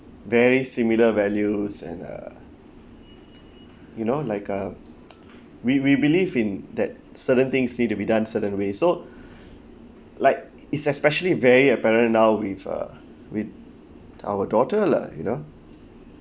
very similar values and uh you know like uh we we believe in that certain things need to be done certain way so like it's especially very apparent now with uh with our daughter lah you know